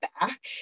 back